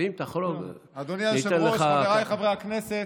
אדוני היושב-ראש, חבריי חברי הכנסת,